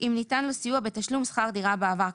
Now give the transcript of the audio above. אם ניתן לו סיוע בתשלום שכר דירה בעבר,